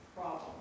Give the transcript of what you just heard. problem